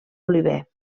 oliver